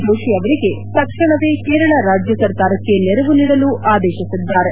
ಜೋಶಿ ಅವರಿಗೆ ತಕ್ಷಣವೇ ಕೇರಳ ರಾಜ್ಯ ಸರ್ಕಾರಕ್ಕೆ ನೆರವು ನೀಡಲು ಆದೇಶಿಸಿದ್ದಾರೆ